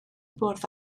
bwrdd